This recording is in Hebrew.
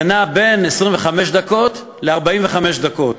זה נע בין 25 דקות ל-45 דקות,